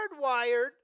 hardwired